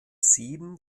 sieben